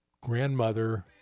grandmother